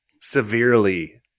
severely